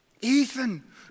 Ethan